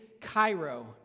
Cairo